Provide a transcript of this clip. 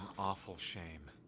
awful shame!